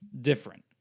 different